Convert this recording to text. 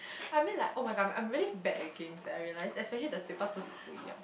I mean like [oh]-my-god I'm really bad at games I realise especially the